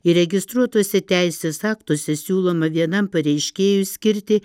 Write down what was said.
įregistruotuose teisės aktuose siūloma vienam pareiškėjui skirti